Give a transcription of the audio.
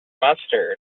mustard